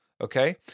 okay